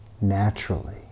naturally